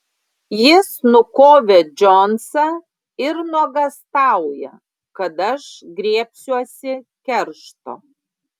jis nukovė džonsą ir nuogąstauja kad aš griebsiuosi keršto